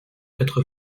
quatre